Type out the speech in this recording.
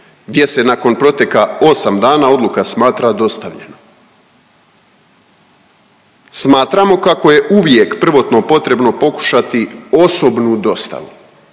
gdje se nakon protekla 8 dana odluka smatra dostavljenom. Smatramo kako je uvijek prvotno potrebno pokušati osobnu dostavu,